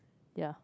ya